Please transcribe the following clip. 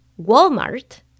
Walmart